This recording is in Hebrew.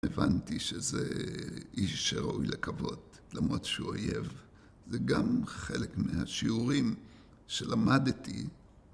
הבנתי שזה איש שראוי לקוות, למרות שהוא אויב, זה גם חלק מהשיעורים שלמדתי